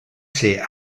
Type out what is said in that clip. ser